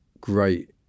great